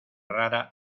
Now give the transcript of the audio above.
rara